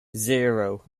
zero